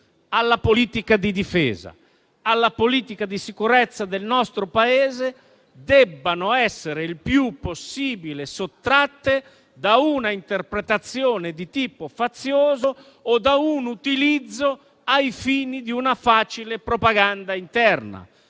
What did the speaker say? alla politica estera, di difesa e di sicurezza del nostro Paese devono essere il più possibile sottratte a una interpretazione di tipo fazioso o a un utilizzo ai fini di una facile propaganda interna.